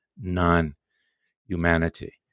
non-humanity